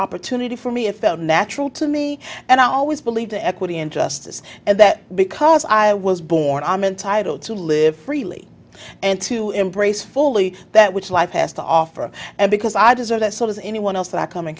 opportunity for me if the natural to me and i always believed the equity in justice and that because i was born i meant adult to live freely and to embrace fully that which life has to offer and because i desire that so does anyone else that i come in